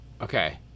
Okay